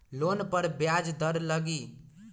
Loan पर ब्याज दर लगी?